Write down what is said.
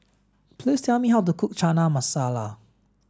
please tell me how to cook Chana Masala